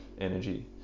energy